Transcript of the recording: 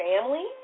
family